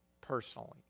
personally